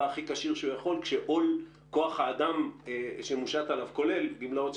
הכי כשיר שהוא י כול כשעול כוח האדם שמושת עליו כולל גמלאות,